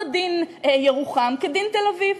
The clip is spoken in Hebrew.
לא דין ירוחם כדין תל-אביב.